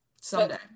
Someday